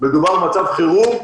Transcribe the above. מדובר על מצב חירום,